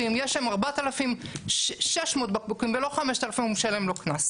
ואם יש שם 4,600 בקבוקים ולא 5,000 הוא משלם לו קנס.